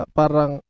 parang